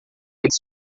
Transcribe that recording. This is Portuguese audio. eles